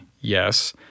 yes